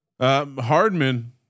Hardman